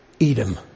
Edom